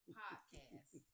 podcast